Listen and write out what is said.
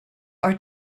are